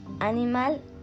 animal